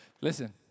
Listen